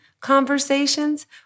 conversations